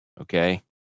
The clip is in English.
Okay